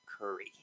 Curry